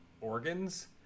organs